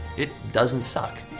it doesn't suck.